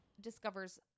discovers